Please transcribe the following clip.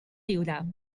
riure